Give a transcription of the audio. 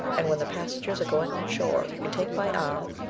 and when the passengers are going on shore, you can take my arm,